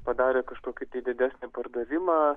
padarė kažkokį didesnį pardavimą